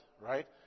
right